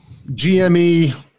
GME